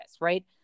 Right